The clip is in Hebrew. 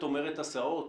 את אומרת הסעות,